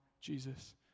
Jesus